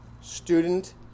student